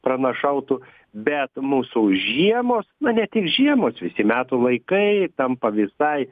pranašautų bet mūsų žiemos na ne tik žiemos visi metų laikai tampa visai